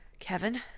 Kevin